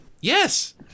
Yes